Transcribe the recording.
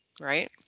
right